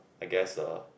I guess uh